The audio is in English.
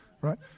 right